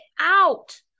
out